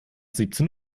siebzehn